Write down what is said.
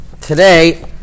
today